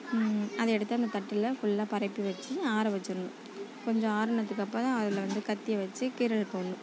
அதை எடுத்து அந்த தட்டில் ஃபுல்லாக பரப்பி வச்சு ஆற வச்சிடணும் கொஞ்சம் ஆறினதுக்கு அப்புறம் அதில் வந்து கத்தி வச்சு கீறல் போடணும்